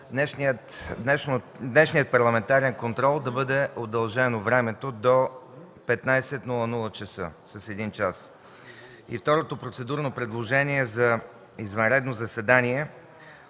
днешният парламентарен контрол да бъде с удължено време до 15,00 ч., с един час. Второто процедурно предложение е за извънредно заседание